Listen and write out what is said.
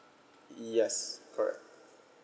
yes correct